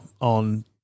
on